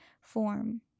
form